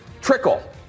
trickle